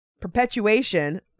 Perpetuation